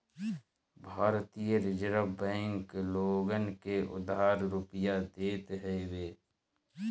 भारतीय reserve bank लोगन के उधार रुपिया देत हवे